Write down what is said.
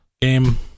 game